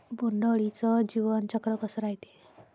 बोंड अळीचं जीवनचक्र कस रायते?